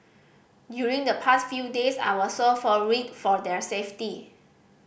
during the past few days I was so for worried for their safety